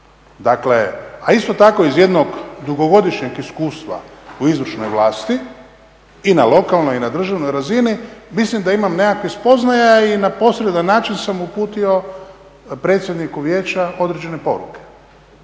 dakle a isto tako iz jednog dugogodišnjeg iskustva u izvršnoj vlasti i na lokalnoj i na državnoj razini mislim da imam nekakvih spoznaja i na posredan način sam uputio predsjedniku Vijeća određene poruke.